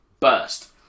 burst